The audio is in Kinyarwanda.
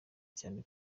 cyane